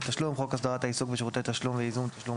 תשלום" חוק הסדרת העיסוק בשירותי תשלום וייזום תשלום,